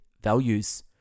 values